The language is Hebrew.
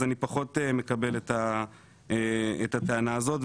אז אני פחות מקבל את הטענה הזאת.